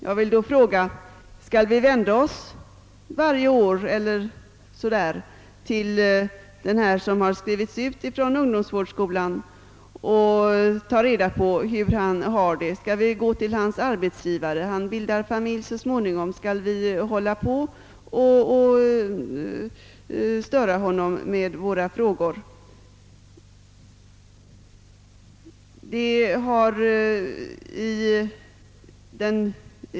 Jag vill då fråga: Skall vi snart sagt varje år vända oss till den som skrivits ut från ungdomsvårdsskolan och ta reda på hur han har det, och skall vi gå till arbetsgivaren och fråga även honom? Så småningom bildar den som skrivits ut familj. Skall vi då verkligen störa honom med våra frågor?